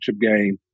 game